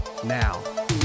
now